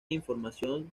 información